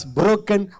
broken